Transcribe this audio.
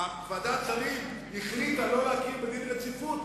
ועדת שרים החליטה לא להכיר בדין רציפות,